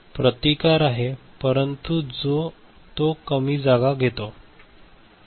प्रतिकार आहे परंतु तो कमी जागा घेतो